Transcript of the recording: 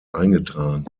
eingetragen